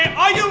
i